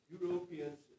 Europeans